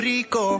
Rico